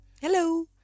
Hello